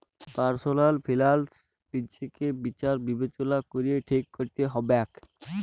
personal ফিলালস লিজেকে বিচার বিবেচলা ক্যরে ঠিক ক্যরতে হবেক